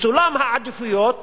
בסולם העדיפויות